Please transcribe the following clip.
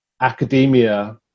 academia